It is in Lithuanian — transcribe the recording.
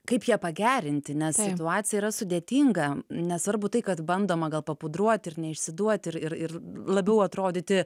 kaip ją pagerinti nes situacija yra sudėtinga nesvarbu tai kad bandoma gal papudruot ir neišsiduot ir ir ir labiau atrodyti